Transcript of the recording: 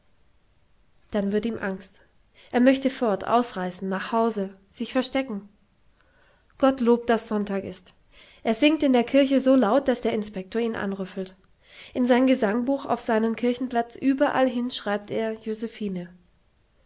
dann wird ihm angst er möchte fort ausreißen nach hause sich verstecken gottlob daß sonntag ist er singt in der kirche so laut daß der inspektor ihn anrüffelt in sein gesangbuch auf seinen kirchenplatz überall hin schreibt er josephine